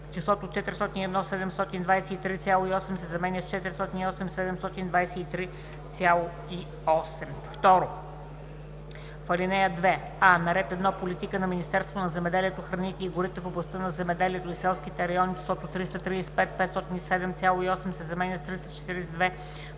числото „401 723,8“ се заменя с „408 723,8“. 2. в ал. 2: а) на ред 1. Политика на Министерството на земеделието, храните и горите в областта на земеделието и селските райони числото „335 507,8“ се заменя с 342